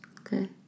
Okay